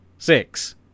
six